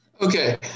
Okay